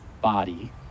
body